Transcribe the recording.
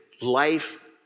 life